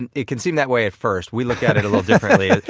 and it can seem that way at first. we look at it a little differently.